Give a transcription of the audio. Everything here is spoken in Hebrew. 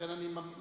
לכן אני מכריז.